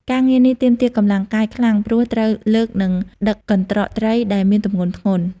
ការងារនេះទាមទារ កម្លាំងកាយ ខ្លាំង ព្រោះត្រូវលើកនិងដឹកកន្ត្រកត្រីដែលមានទម្ងន់ធ្ងន់។